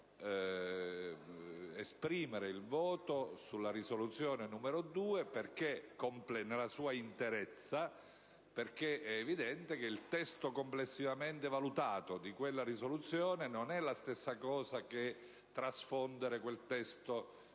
di esprimere il voto sulla proposta di risoluzione n. 2 nella sua interezza, perché è evidente che il testo complessivamente valutato di quella proposta di risoluzione non è la stessa cosa che trasfondere quel testo